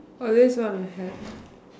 always want to help